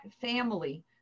family